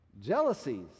jealousies